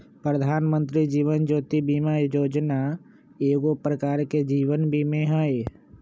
प्रधानमंत्री जीवन ज्योति बीमा जोजना एगो प्रकार के जीवन बीमें हइ